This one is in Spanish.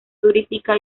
turística